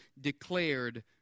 declared